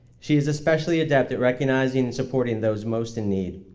she is especially adept at recognizing and supporting those most in need.